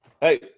Hey